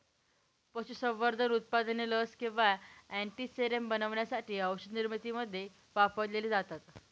पशुसंवर्धन उत्पादने लस किंवा अँटीसेरम बनवण्यासाठी औषधनिर्मितीमध्ये वापरलेली जातात